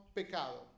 pecado